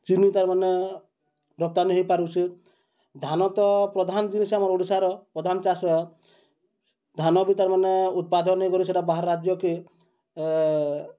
ଚିନି ତାର୍ମାନେ ରପ୍ତାନି ହେଇପାରୁଛେ ଧାନ ତ ପ୍ରଧାନ୍ ଜିନିଷ୍ ଆମ ଓଡ଼ିଶାର ପ୍ରଧାନ୍ ଚାଷ୍ ଧାନ ବି ତାର୍ମାନେ ଉତ୍ପାଦନ ହେଇକରି ସେଟା ବାହାର୍ ରାଜ୍ୟକେ